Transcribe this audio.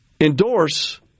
endorse